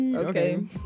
Okay